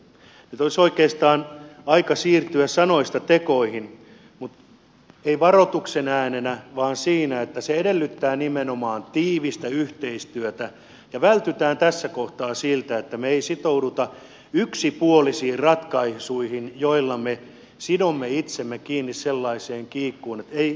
nyt olisi oikeastaan aika siirtyä sanoista tekoihin mutta ei varoituksen äänenä vaan se edellyttää nimenomaan tiivistä yhteistyötä ja sitä että vältytään tässä kohtaa siltä että me emme sitoudu yksipuolisiin ratkaisuihin joilla me sidomme itsemme kiinni sellaiseen kiikkuun että